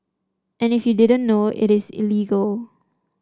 and if you didn't know it is illegal